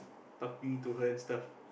talking to her and stuff